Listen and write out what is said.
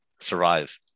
survive